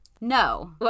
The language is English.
No